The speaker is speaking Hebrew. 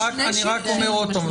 חשוב שתבינו אותם.